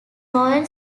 royal